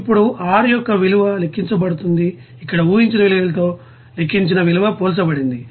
ఇప్పుడు R యొక్క విలువ లెక్కించబడుతుంది ఇక్కడ ఊహించిన విలువతో లెక్కించిన విలువ పోల్చబడింది